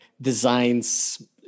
designs